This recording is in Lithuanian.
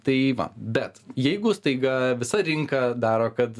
tai va bet jeigu staiga visa rinka daro kad